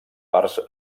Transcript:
parts